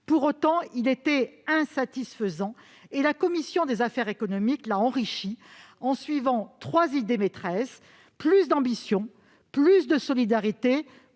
Pour autant, il était insatisfaisant. C'est pourquoi la commission des affaires économiques l'a enrichi, guidée par trois idées maîtresses : plus d'ambition, plus de solidarité,